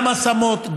גם השמות,